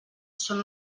són